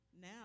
Now